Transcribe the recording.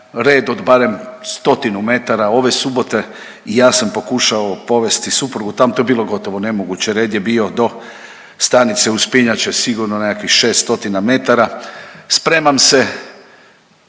red od barem stotinu metara, ove subote i ja sam pokušao povesti suprugu tam to je bilo gotovo nemoguće, red je bio do stanice uspinjače, sigurno nekih 600 metara. Spremam se